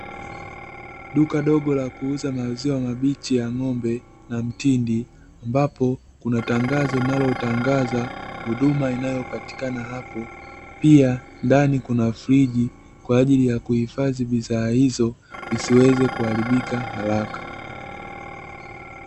Duka dogo la kuuza maziwa mabichi ya ng'ombe na mtindi, ambapo kuna tangazo linalotangaza huduma inayopatikana hapo, pia ndani kuna friji kwa ajili ya kuhifadhi bidhaa hizo zisiweze kuharibika haraka.